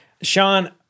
sean